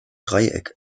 dreieck